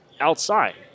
outside